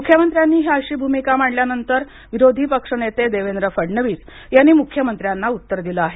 मुख्यमंत्र्यांनी ही अशी भूमिका मांडल्यानंतर विरोधी पक्षनेते देवेंद्र फडणवीस यांनी मुख्यमंत्र्यांना उत्तर दिलं आहे